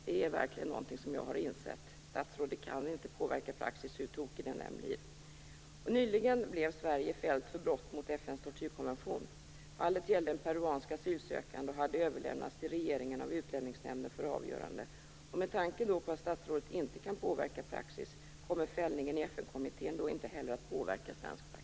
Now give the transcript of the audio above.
Det är verkligen någonting som jag har insett, statsrådet kan inte påverka praxis hur tokig den än blir. Nyligen blev Sverige fällt för brott mot FN:s tortyrkonvention. Fallet gällde en peruansk asylsökande och hade överlämnats till regeringen av Utlänningsnämnden för avgörande. Med tanke på att statsrådet inte kan påverka praxis, kommer fällningen i FN-kommittén inte heller att påverka svensk praxis?